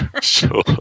Sure